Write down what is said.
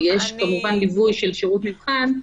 ויש כמובן ליווי של שירות מבחן,